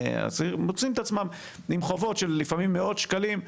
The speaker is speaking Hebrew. מוצאים את עצמם עם חובות של לפעמים מאות שקלים,